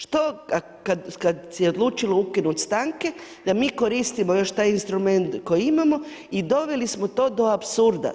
Što kad su odlučili ukinuti stanke, da mi koristimo još taj instrument koji imamo i doveli smo to do apsurda.